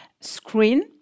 screen